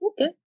okay